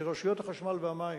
שרשויות החשמל והמים